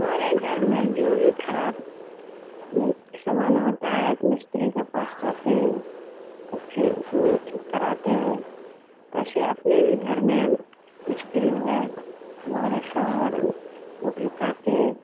ہمارے گھر میں جو بھی خراب سامان ہوتا ہے مستری کے پاس جاتے ہیں اور ٹھیک ٹھیک کراتے ہیں ایسے اپنے بھی گھر میں مستری ہے ہمارے سور وہ بھی کرتے ہیں